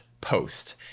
post